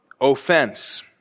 offense